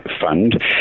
fund